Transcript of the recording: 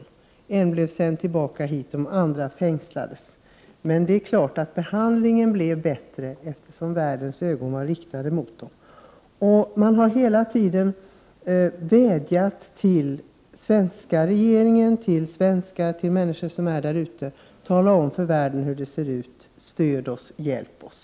En av dem blev sänd tillbaka hit, de andra fängslades. Men det är klart att behandlingen blev bättre, eftersom världens ögon var riktade mot dem. Man har i Turkiet hela tiden vädjat till den svenska regeringen och till svenskar och andra som kommer dit: Tala om för världen hur det ser ut! Stöd oss! Hjälp oss!